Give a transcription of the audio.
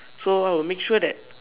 so I would make sure that